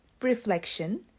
reflection